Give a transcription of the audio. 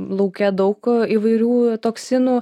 lauke daug įvairių toksinų